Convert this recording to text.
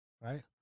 right